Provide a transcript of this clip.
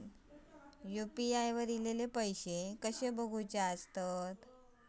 UPI वर ईलेले पैसे कसे बघायचे?